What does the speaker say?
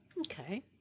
Okay